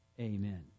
Amen